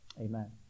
Amen